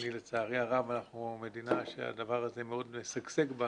לצערי הרב אנחנו מדינה שהדבר הזה מאוד שגשג בה